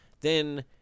then-